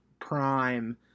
prime